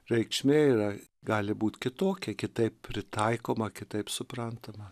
reikšmė yra gali būt kitokia kitaip pritaikoma kitaip suprantama